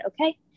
okay